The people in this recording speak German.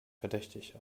verdächtig